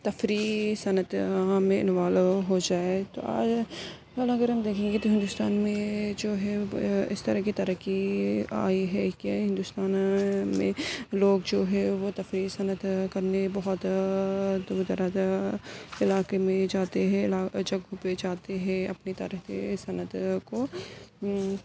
تفریحی صنعت میں انوالو ہو جائے تو اگر ہم دیکھیں گے تو ہندوستان میں جو ہے اس طرح کی ترقی آئی ہے کہ ہندوستان میں لوگ جو ہے وہ تفریحی صنعت کرنے بہت دور دراز علاقے میں جاتے ہیں جگہ پہ جاتے ہیں اپنی طرح کے صنعت کو